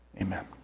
Amen